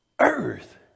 earth